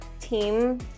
team